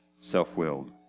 self-willed